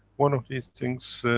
one of these things.